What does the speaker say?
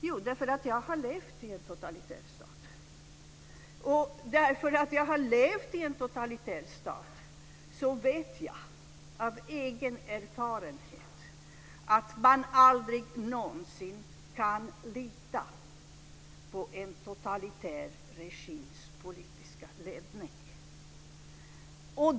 Jo, därför att jag har levt i en totalitär stat. Därför att jag har levt i en totalitär stat vet jag, av egen erfarenhet, att man aldrig någonsin kan lita på en totalitär regims politiska ledning.